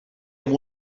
amb